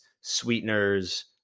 sweeteners